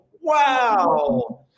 wow